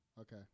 Okay